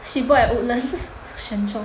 she bought at Woodlands Sheng-Siong